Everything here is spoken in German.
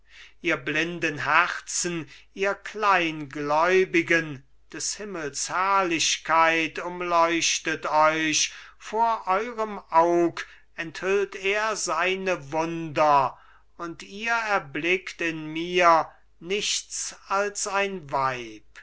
ihr blinden herzen ihr kleingläubigen des himmels herrlichkeit umleuchtet euch vor eurem aug enthüllt er seine wunder und ihr erblickt in mir nichts als ein weib